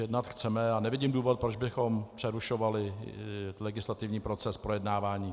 Jednat chceme a nevidím důvod, proč bychom přerušovali legislativní proces projednávání.